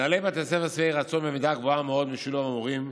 מנהלי בתי הספר שבעי רצון במידה גבוהה מאוד משילוב המורים.